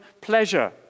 pleasure